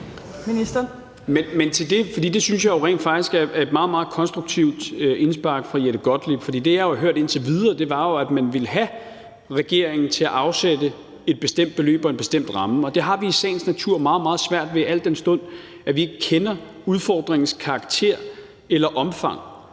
et meget, meget konstruktivt indspark fra Jette Gottlieb, for det, jeg har hørt indtil videre, er jo, at man vil have regeringen til at afsætte et bestemt beløb og en bestemt ramme, og det har vi i sagens natur meget, meget svært ved, al den stund at vi ikke kender udfordringens karakter eller omfang.